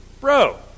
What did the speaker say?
Bro